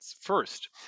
first